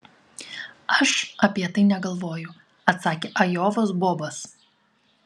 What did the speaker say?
aš apie tai negalvoju atsakė ajovos bobas